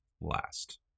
Last